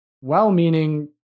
well-meaning